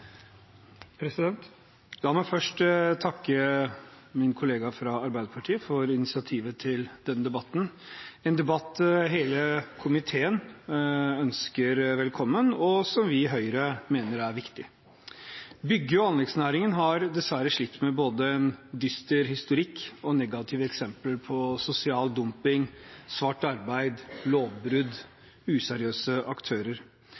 La meg først få takke min kollega fra Arbeiderpartiet for initiativet til denne debatten – en debatt hele komiteen ønsker velkommen, og som vi i Høyre mener er viktig. Bygg- og anleggsnæringen har dessverre slitt med både en dyster historikk og negative eksempler på sosial dumping, svart arbeid, lovbrudd og useriøse aktører.